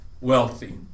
wealthy